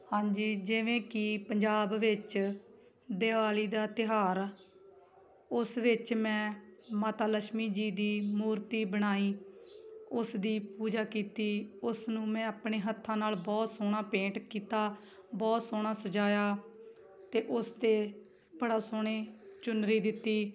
ਹਾਂਜੀ ਜਿਵੇਂ ਕਿ ਪੰਜਾਬ ਵਿੱਚ ਦਿਵਾਲੀ ਦਾ ਤਿਉਹਾਰ ਉਸ ਵਿੱਚ ਮੈਂ ਮਾਤਾ ਲੱਛਮੀ ਜੀ ਦੀ ਮੂਰਤੀ ਬਣਾਈ ਉਸ ਦੀ ਪੂਜਾ ਕੀਤੀ ਉਸਨੂੰ ਮੈਂ ਆਪਣੇ ਹੱਥਾਂ ਨਾਲ ਬਹੁਤ ਸੋਹਣਾ ਪੇਂਟ ਕੀਤਾ ਬਹੁਤ ਸੋਹਣਾ ਸਜਾਇਆ ਅਤੇ ਉਸ 'ਤੇ ਬੜਾ ਸੋਹਣੇ ਚੁੰਨਰੀ ਦਿੱਤੀ